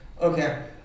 Okay